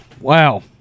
Wow